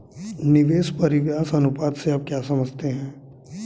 निवेश परिव्यास अनुपात से आप क्या समझते हैं?